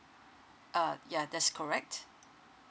uh yeah that's correct